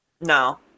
No